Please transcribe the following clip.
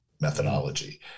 methodology